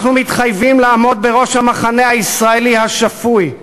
אנחנו מתחייבים לעמוד בראש המחנה הישראלי השפוי,